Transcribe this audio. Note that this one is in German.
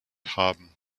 haben